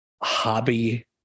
hobby